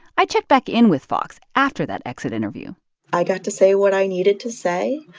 i checked back in with fox after that exit interview i got to say what i needed to say.